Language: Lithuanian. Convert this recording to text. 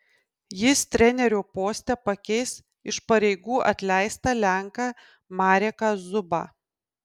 jis trenerio poste pakeis iš pareigų atleistą lenką mareką zubą